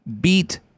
beat